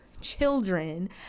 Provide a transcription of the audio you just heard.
children